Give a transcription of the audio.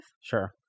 Sure